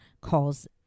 Calls